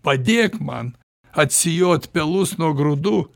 padėk man atsijot pelus nuo grūdų